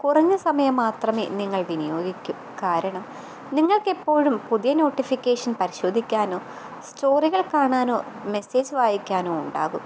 കുറഞ്ഞ സമയം മാത്രമെ നിങ്ങൾ വിനിയോഗിക്കൂ കാരണം നിങ്ങൾക്കെപ്പോഴും പുതിയ നോട്ടിഫിക്കേഷൻ പരിശോധിക്കാനോ സ്റ്റോറികൾ കാണാനോ മെസ്സേജ് വായിക്കാനോ ഉണ്ടാകും